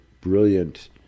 brilliant